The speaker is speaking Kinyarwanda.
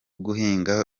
guhinga